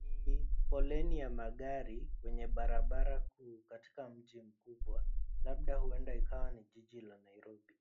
Ni foleni ya magari kwenye barabara kuu katika mji mkubwa labda huenda ikawa ni jiji la Nairobi.